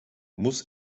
muss